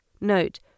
Note